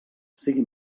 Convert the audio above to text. sigui